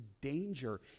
danger